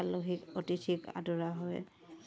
আলহীক অতিথিক আদৰা হয়